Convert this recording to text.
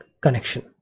connection